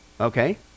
okay